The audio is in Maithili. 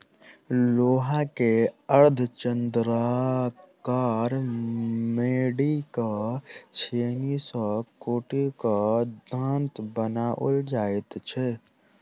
लोहा के अर्धचन्द्राकार मोड़ि क छेनी सॅ कुटि क दाँत बनाओल जाइत छै